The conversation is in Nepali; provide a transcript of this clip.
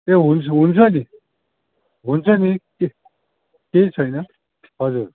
ए हुन्छ हुन्छ नि हुन्छ नि केही छैन हजुर